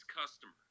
customer